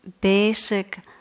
basic